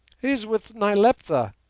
is with nyleptha.